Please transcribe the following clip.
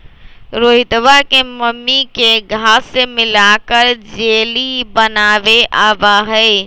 रोहितवा के मम्मी के घास्य मिलाकर जेली बनावे आवा हई